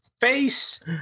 Face